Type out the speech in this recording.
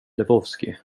lebowski